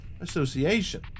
Association